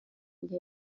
اینکه